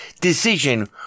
decision